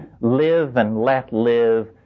live-and-let-live